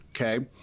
okay